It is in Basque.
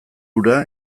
hura